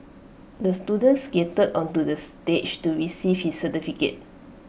the student skated onto the stage to receive his certificate